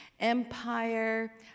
empire